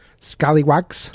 scallywags